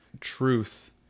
truth